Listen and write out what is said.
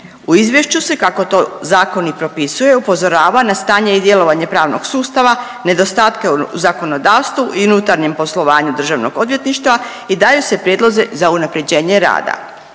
U izvješću se kako to zakon i propisuje upozorava na stanje i djelovanje pravnog sustava, nedostatke u zakonodavstvu i unutarnjem poslovanju Državnog odvjetništva i daju se prijedlozi za unaprjeđenje rada.